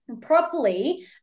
Properly